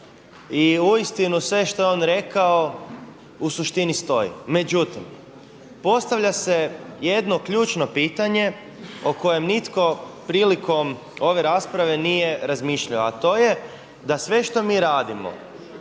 i uistinu sve što je on rekao u suštini stoji. Međutim, postavlja se jedno ključno pitanje o kojem nitko prilikom ove rasprave nije razmišljao a to je da sve što mi radimo,